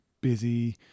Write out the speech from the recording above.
busy